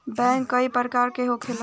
bank कई प्रकार के होखेला